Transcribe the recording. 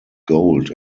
gold